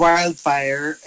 Wildfire